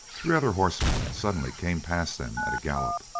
three other horsemen suddenly came past them at a gallop,